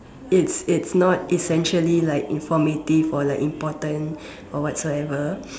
it's it's it's not essentially informative or important or whatsoever